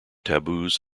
taboos